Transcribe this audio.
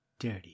dirty